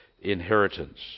inheritance